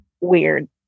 weird